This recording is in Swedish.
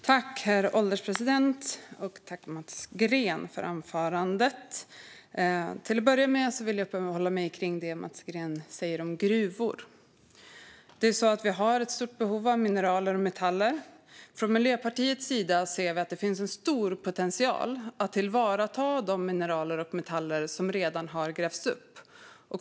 Herr ålderspresident! Jag tackar Mats Green för anförandet. Mats Green pratar om gruvor och säger att vi har ett stort behov av mineral och metaller. Miljöpartiet ser att det finns en stor potential i att tillvarata de mineral och metaller som redan har grävts upp.